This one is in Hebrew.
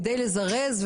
כדי לזרז,